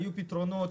היו פתרונות,